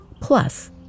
plus